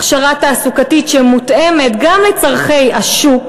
הכשרה תעסוקתית שמותאמת גם לצורכי השוק